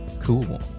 Cool